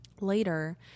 later